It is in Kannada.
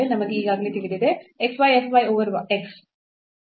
ನಮಗೆ ಈಗಾಗಲೇ ತಿಳಿದಿದೆ x y f y over x